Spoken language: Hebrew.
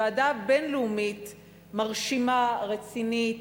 ועדה בין-לאומית מרשימה, רצינית,